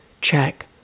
Check